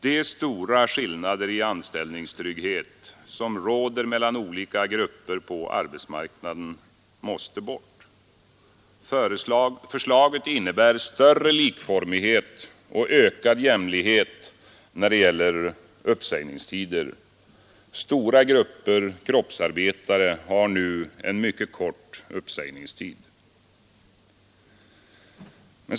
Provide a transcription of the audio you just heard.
De stora skillnader i anställningstryggheten som råder mellan olika grupper på arbetsmarknaden måste bort. Förslaget innebär större likformighet och ökad jämlikhet när det gäller uppsägningstider. Stora grupper kroppsarbetare har nu en mycket kort uppsägningstid.